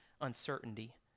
uncertainty